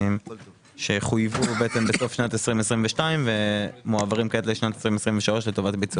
שחויבו בסוף שנת 22' ומועברים כעת ל-23' לטובת ביצוע.